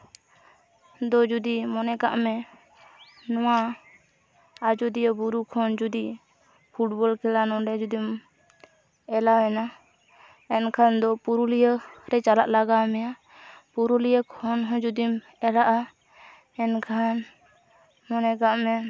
ᱫᱚ ᱡᱩᱫᱤ ᱢᱚᱱᱮ ᱠᱟᱜ ᱢᱮ ᱱᱚᱣᱟ ᱟᱡᱚᱫᱤᱭᱟᱹ ᱵᱩᱨᱩ ᱠᱷᱚᱱ ᱡᱩᱫᱤ ᱯᱷᱩᱴᱵᱚᱞ ᱠᱷᱮᱞᱟ ᱱᱚᱸᱰᱮ ᱡᱩᱫᱤᱢ ᱮᱞᱟᱣᱮᱱᱟ ᱮᱱᱠᱷᱟᱱ ᱫᱚ ᱯᱩᱨᱩᱞᱤᱭᱟᱹ ᱨᱮ ᱪᱟᱞᱟᱜ ᱞᱟᱜᱟᱣ ᱢᱮᱭᱟ ᱯᱩᱨᱩᱞᱤᱭᱟᱹ ᱠᱷᱚᱱ ᱦᱚᱸ ᱡᱩᱫᱤᱢ ᱮᱞᱟᱜᱼᱟ ᱮᱱᱠᱷᱟᱱ ᱢᱚᱱᱮ ᱠᱟᱜ ᱢᱮ